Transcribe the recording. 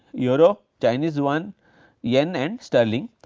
euro, chinese yuan yen and sterling.